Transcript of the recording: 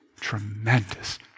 tremendous